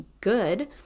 good